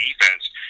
defense